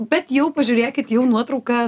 bet jau pažiūrėkit jau nuotrauka